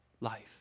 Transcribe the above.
life